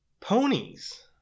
Ponies